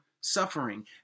suffering